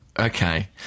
Okay